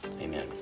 Amen